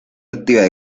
actividad